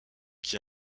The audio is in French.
qui